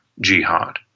jihad